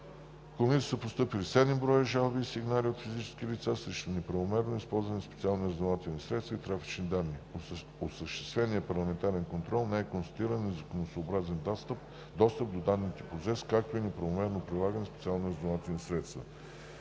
Комисията са постъпили 7 броя жалби и сигнали от физически лица срещу неправомерно използване на специалните разузнавателни средства и трафичните данни. От осъществения парламентарен контрол не е констатиран незаконосъобразен достъп до данните по ЗЕС, както и неправомерно прилагани специални разузнавателни средства.